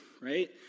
Right